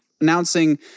announcing